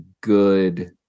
good